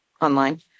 online